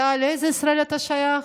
לאיזו ישראל אתה שייך,